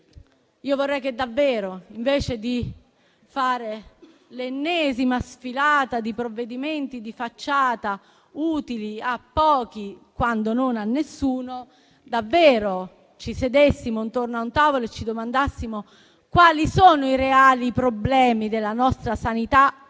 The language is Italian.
Vorrei che, invece di fare l'ennesima sfilata di provvedimenti di facciata, utili a pochi, se non a nessuno, ci sedessimo davvero intorno a un tavolo e ci domandassimo quali sono i reali problemi della nostra sanità pubblica,